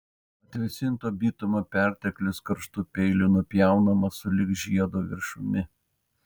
atvėsinto bitumo perteklius karštu peiliu nupjaunamas sulig žiedo viršumi